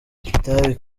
itabi